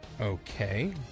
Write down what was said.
Okay